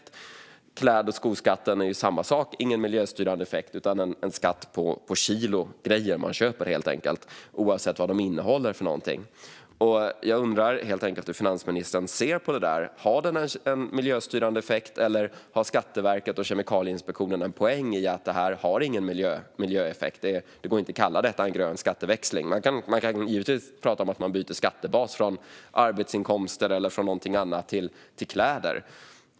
Det är samma sak med kläd och skoskatten: Den ger ingen miljöstyrande effekt, utan det är helt enkelt en skatt per kilo grejer man köper - oavsett vad de innehåller. Jag undrar hur finansministern ser på detta. Har skatten en miljöstyrande effekt, eller har Skatteverket och Kemikalieinspektionen en poäng i att den inte har någon miljöeffekt - att det inte går att kalla detta en grön skatteväxling? Man kan givetvis prata om att man byter skattebas från arbetsinkomster eller någonting annat till kläder.